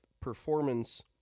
performance